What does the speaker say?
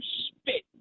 spit